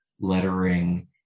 lettering